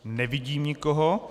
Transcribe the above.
Nevidím nikoho.